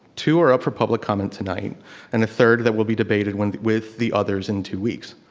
two are up for public comment tonight and the third that will be debated with with the others in two weeks.